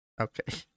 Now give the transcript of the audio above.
Okay